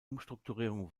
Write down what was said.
umstrukturierung